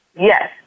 Yes